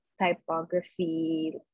typography